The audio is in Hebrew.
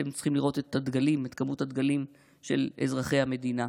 אתם צריכים לראות את כמות הדגלים של אזרחי המדינה.